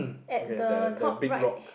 okay the the big rock